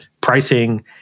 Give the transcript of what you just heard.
pricing